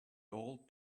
all